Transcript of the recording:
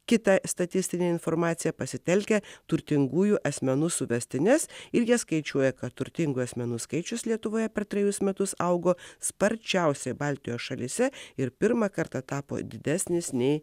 kitą statistinę informaciją pasitelkę turtingųjų asmenų suvestines ir jas skaičiuoja kad turtingų asmenų skaičius lietuvoje per trejus metus augo sparčiausiai baltijos šalyse ir pirmą kartą tapo didesnis nei